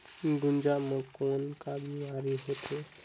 गुनजा मा कौन का बीमारी होथे?